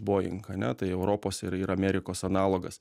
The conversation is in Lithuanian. boeing ane tai europos ir yra amerikos analogas